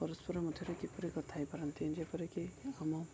ପରସ୍ପର ମଧ୍ୟରେ କିପରି କଥା ହେଇପାରନ୍ତି ଯେପରିକି ଆମ